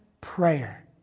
prayer